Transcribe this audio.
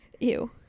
Ew